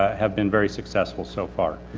have been very successful so far.